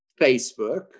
Facebook